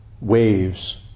waves